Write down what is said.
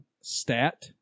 stat